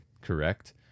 Correct